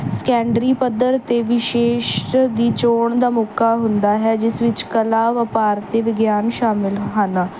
secondary ਪੱਧਰ 'ਤੇ ਵਿਸ਼ੇਸ਼ ਦੀ ਚੋਣ ਦਾ ਮੌਕਾ ਹੁੰਦਾ ਹੈ ਜਿਸ ਵਿੱਚ ਕਲਾ ਵਪਾਰ ਅਤੇ ਵਿਗਿਆਨ ਸ਼ਾਮਿਲ ਹਨ